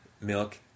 Milk